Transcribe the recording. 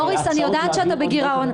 מוריס, אני יודעת שאתה בגירעון.